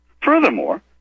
Furthermore